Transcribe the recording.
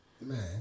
man